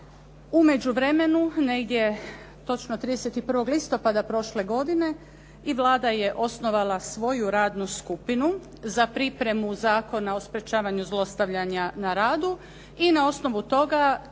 U međuvremenu negdje točno 31. listopada prošle godine i Vlada je osnovala svoju radnu skupinu za pripremu Zakona o sprječavanju zlostavljanja na radu i na osnovu toga